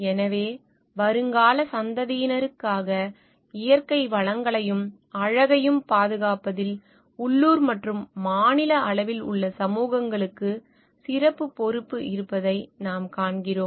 எனவே வருங்கால சந்ததியினருக்காக இயற்கை வளங்களையும் அழகையும் பாதுகாப்பதில் உள்ளூர் மற்றும் மாநில அளவில் உள்ள சமூகங்களுக்கு சிறப்புப் பொறுப்பு இருப்பதை நாம் காண்கிறோம்